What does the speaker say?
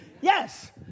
Yes